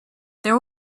there